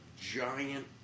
giant